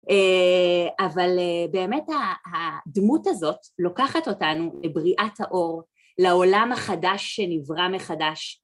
אבל באמת הדמות הזאת לוקחת אותנו לבריאת האור, לעולם החדש שנברא מחדש.